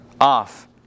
off